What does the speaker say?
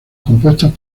compuestas